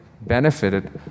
benefited